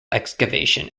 excavation